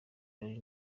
ari